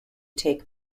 take